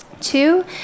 Two